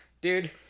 Dude